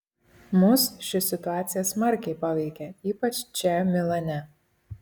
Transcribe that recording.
mus ši situacija smarkiai paveikė ypač čia milane